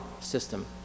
system